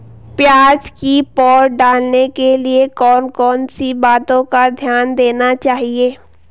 प्याज़ की पौध डालने के लिए कौन कौन सी बातों का ध्यान देना चाहिए?